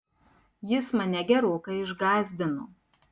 jis mane gerokai išgąsdino